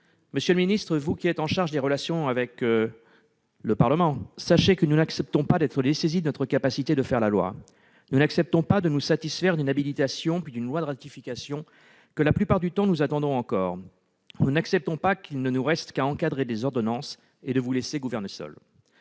Monsieur le ministre, vous qui êtes chargé des relations avec le Parlement, sachez que nous n'acceptons pas d'être dessaisis de notre capacité de faire la loi ; nous n'acceptons pas de nous satisfaire d'une habilitation puis d'une loi de ratification que, la plupart du temps, nous attendons longtemps ; nous n'acceptons pas qu'il ne nous reste qu'à « encadrer » des ordonnances et à vous laisser gouverner seuls.